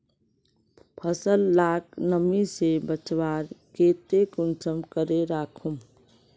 फसल लाक नमी से बचवार केते कुंसम करे राखुम?